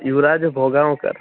युजराजभोगाव्कर्